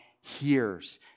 Hears